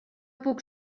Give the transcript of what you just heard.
puc